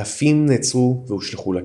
אלפים נעצרו והושלכו לכלא.